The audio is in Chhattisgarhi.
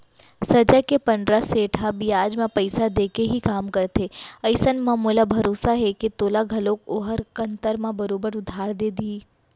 साजा के पंडरा सेठ ह बियाज म पइसा देके ही काम करथे अइसन म मोला भरोसा हे के तोला घलौक ओहर कन्तर म बरोबर उधार दे देही